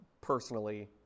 personally